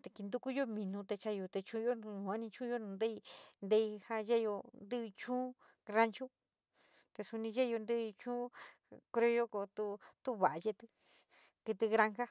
te kintokuyo mineyo chayo te chuluyo yuoní chounu nu yeoní tú teí yeeyo te já yeeyo teí chuu. Ranchu te suní yeyo tei chúu criollo tu va yetí kití granja.